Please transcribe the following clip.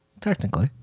Technically